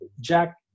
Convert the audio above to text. Jack